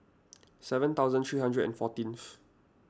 seven thousand three hundred and fourteen